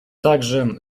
также